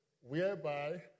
whereby